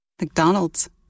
McDonald's